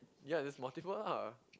ya there's multiple lah